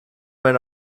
went